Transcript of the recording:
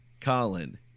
Colin